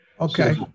Okay